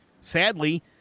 sadly